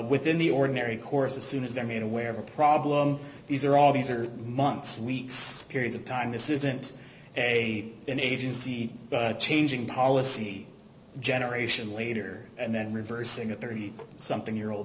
within the ordinary course as soon as they're made aware of the problem these are all these are months weeks periods of time this isn't a an agency changing policy generation later and then reversing a thirty something year old